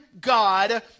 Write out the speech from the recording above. God